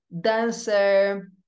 dancer